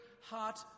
heart